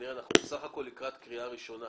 אנחנו בסך הכול קראת קריאה ראשונה.